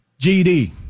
GD